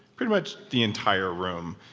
pretty much the entire room.